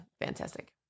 fantastic